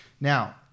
Now